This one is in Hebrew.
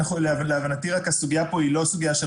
רק להבנתי הסוגיה פה היא לא סוגיה של